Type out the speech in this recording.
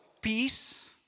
Peace